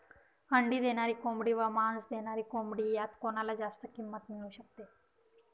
अंडी देणारी कोंबडी व मांस देणारी कोंबडी यात कोणाला जास्त किंमत मिळू शकते?